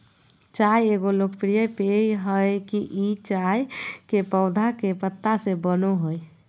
चाय एगो लोकप्रिय पेय हइ ई चाय के पौधा के पत्ता से बनो हइ